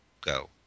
go